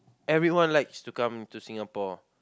everyone likes to come to Singapore